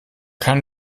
kann